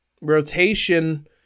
rotation